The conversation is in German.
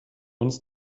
uns